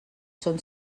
són